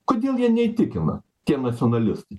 kodėl jie neįtikina tie nacionalistai